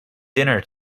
dinner